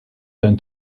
than